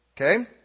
Okay